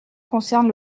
concerne